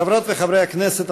חברות וחברי הכנסת,